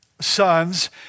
sons